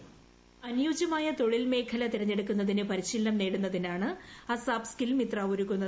voice അനുയോജ്യമായ തൊഴിൽമേഖല തെരഞ്ഞെടുക്കുന്നതിനു പരിശീലനം നേടുന്നതിനുമാണ് അസാപ് സ്കിൽമിത്ര ഒരുക്കുന്നത്